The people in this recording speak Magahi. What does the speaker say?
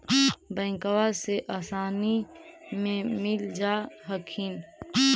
बैंकबा से आसानी मे मिल जा हखिन?